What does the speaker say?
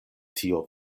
tio